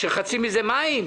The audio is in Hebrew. כשחצי מזה מים?